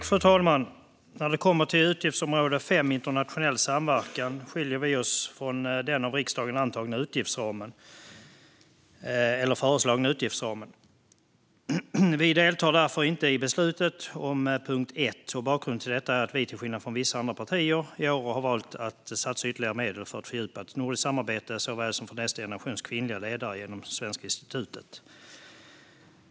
Fru talman! När det kommer till utgiftsområde 5 Internationell samverkan skiljer vi oss åt i fråga om den föreslagna utgiftsramen. Vi deltar därför inte i beslutet om punkt 1. Bakgrunden till detta är att vi, till skillnad från vissa andra partier, i år har valt att satsa ytterligare medel på ett fördjupat nordiskt samarbete såväl som på nästa generations kvinnliga ledare, genom Svenska institutet.